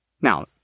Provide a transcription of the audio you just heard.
Now